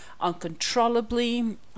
uncontrollably